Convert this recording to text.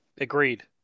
Agreed